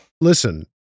listen